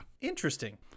Interesting